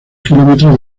kilómetros